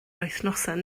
wythnosau